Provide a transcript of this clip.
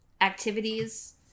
activities